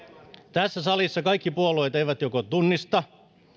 tässä salissa kaikki puolueet joko eivät tunnista